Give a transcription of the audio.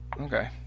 Okay